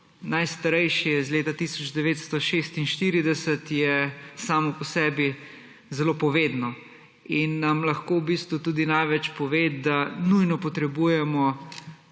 najstarejši je iz leta 1946, je samo po sebi zelo povedno in nam lahko v bistvu tudi največ pove, da nujno potrebujemo